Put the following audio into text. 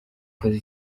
ukoze